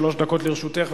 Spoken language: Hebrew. שלוש דקות לרשותך,